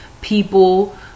people